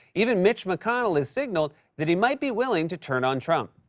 even mitch mcconnell has signaled that he might be willing to turn on trump.